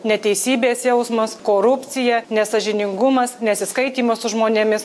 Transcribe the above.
neteisybės jausmas korupcija nesąžiningumas nesiskaitymas su žmonėmis